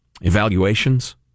evaluations